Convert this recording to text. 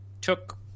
took